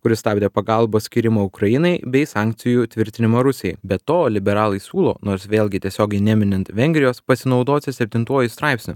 kuris stabdė pagalbos skyrimą ukrainai bei sankcijų tvirtinimą rusijai be to liberalai siūlo nors vėlgi tiesiogiai neminint vengrijos pasinaudoti septintuoju straipsniu